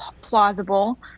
plausible